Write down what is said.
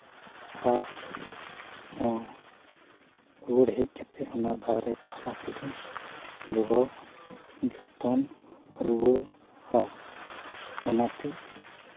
ᱟᱨᱦᱚᱸ ᱨᱩᱣᱟᱹᱲ ᱦᱮᱡ ᱠᱟᱛᱮᱫ ᱚᱱᱟ ᱫᱟᱨᱮ ᱯᱟᱞᱟ ᱠᱚᱫᱚᱧ ᱡᱳᱜᱟᱣ ᱡᱚᱛᱚᱱ ᱨᱩᱣᱟᱹᱲᱟ ᱚᱱᱟᱛᱮ